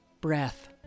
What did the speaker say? Breath